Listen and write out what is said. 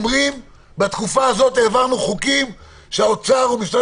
בתקופה הזאת העברנו חוקים שהאוצר ומשרד